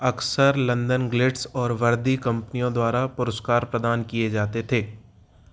अक्सर London guilds और वर्दी कंपनियों द्वारा पुरस्कार प्रदान किए जाते थे